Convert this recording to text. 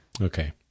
Okay